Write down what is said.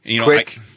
Quick